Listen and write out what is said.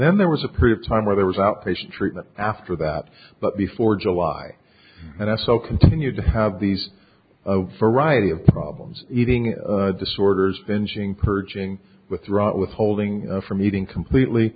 then there was a period of time where there was outpatient treatment after that but before july and i still continued to have these variety of problems eating disorders inching perching with rot withholding from eating completely